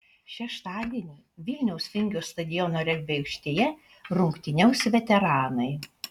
šeštadienį vilniaus vingio stadiono regbio aikštėje rungtyniaus veteranai